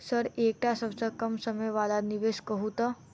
Sir एकटा सबसँ कम समय वला निवेश कहु तऽ?